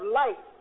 light